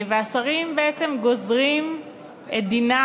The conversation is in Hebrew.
והשרים בעצם גוזרים את דינן